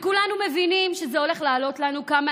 וכולנו מבינים שזה הולך לעלות לנו כמה